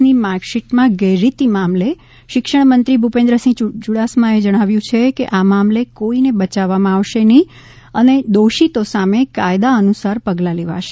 ની માર્કશીટમાં ગેરરીતી મામલે શિક્ષણમંત્રી ભુપેન્દ્રસિંહએ જણાવ્યું છે કે આ મામલે કોઈને બયાવવામાં આવશે નહીં અને દોષિતો સામે કાયદા અનુસાર પગલા લેવાશે